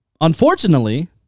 unfortunately